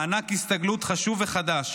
מענק הסתגלות חשוב וחדש,